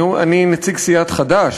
אני נציג סיעת חד"ש,